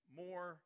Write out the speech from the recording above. more